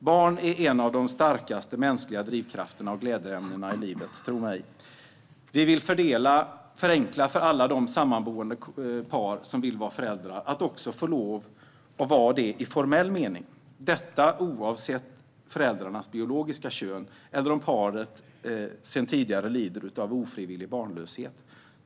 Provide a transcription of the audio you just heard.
Barn är en av de starkaste mänskliga drivkrafterna och glädjeämnena i livet - tro mig. Vi vill förenkla för alla de sammanboende par som vill vara föräldrar att också få lov att vara det i formell mening, detta oavsett föräldrarnas biologiska kön eller om paret har lidit av ofrivillig barnlöshet.